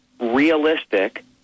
realistic